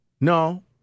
No